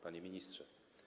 Panie Ministrze!